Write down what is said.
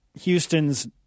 Houston's